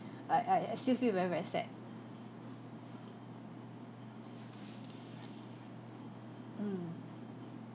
I I I still feel very very sad mm